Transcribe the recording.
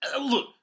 Look